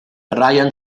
ryan